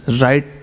right